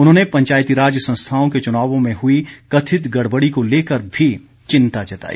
उन्होंने पंचायतीराज संस्थाओं के चुनावों में हई कथित गड़बड़ी को लेकर भी चिंता जताई